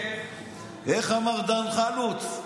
איך אמר דן חלוץ?